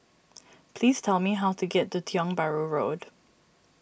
please tell me how to get to Tiong Bahru Road